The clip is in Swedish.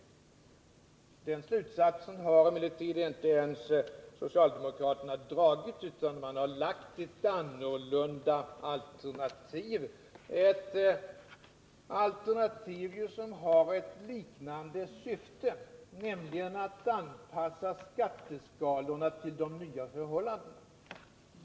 Den slutsatsen har emellertid inte ens socialdemokraterna dragit, utan man har lagt fram ett annorlunda alternativ, ett alternativ som har ett liknande syfte, nämligen att anpassa skatteskalorna till de nya förhållandena.